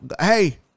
Hey